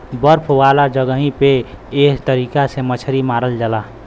बर्फ वाला जगही पे एह तरीका से मछरी मारल जाला